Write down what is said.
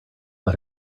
let